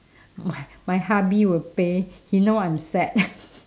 my my hubby will pay he know I'm sad